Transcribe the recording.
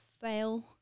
fail